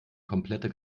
komplette